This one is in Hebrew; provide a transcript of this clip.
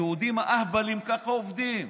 היהודים האהבלים ככה עובדים,